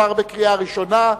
עברה בקריאה ראשונה,